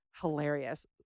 hilarious